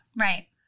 Right